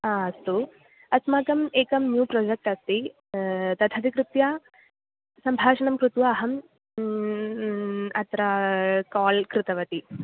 हा अस्तु अस्माकम् एकं न्यू प्रोजेक्ट् अस्ति तदधिकृत्य सम्भाषणं कृत्वा अहम् अत्र काल् कृतवती